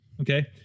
Okay